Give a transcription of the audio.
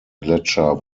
gletscher